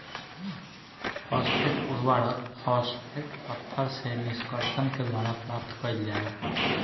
phosphate उर्वरक, phosphate पत्थर से निष्कर्षण के द्वारा प्राप्त कईल जाला